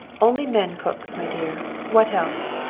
only men cooks, my dear. what else?